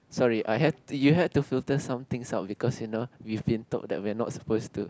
sorry I have you have to filter some things out because you know we've been told that we are not supposed to